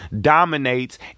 dominates